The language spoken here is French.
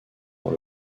dans